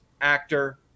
actor